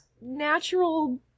natural